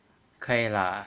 可以啦